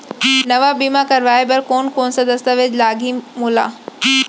नवा बीमा करवाय बर कोन कोन स दस्तावेज लागही मोला?